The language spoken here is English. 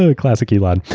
ah classic elon.